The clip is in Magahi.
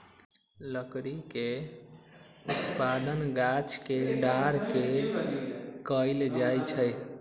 लकड़ी के उत्पादन गाछ के डार के कएल जाइ छइ